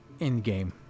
Endgame